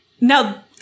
Now